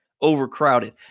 overcrowded